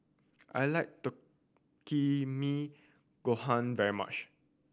I like Takikomi Gohan very much